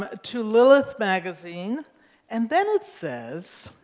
ah to lilith magazine and then it says